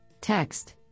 text